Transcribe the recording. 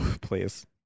please